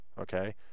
okay